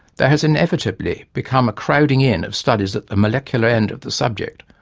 there has inevitably become a crowding in of studies at the molecular end of the subject,